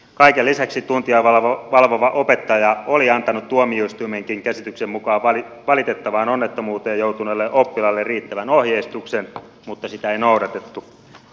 kaiken lisäksi tuntia valvova opettaja oli antanut tuomioistuimenkin käsityksen mukaan valitettavaan onnettomuuteen joutuneelle oppilaalle riittävän ohjeistuksen mutta sitä ei noudatettu